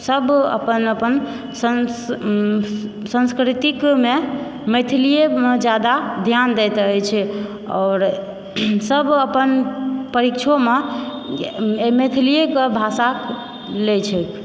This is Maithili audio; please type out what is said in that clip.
सभ अपन अपन सन्स सन्स्कृतिकमे मैथिलिएमे जादा घ्यान दैत अछि आओर सभ अपन परीक्षोमे मैथिलिए कऽ भाषा लए छै